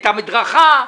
את המדרכה,